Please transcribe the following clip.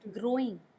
growing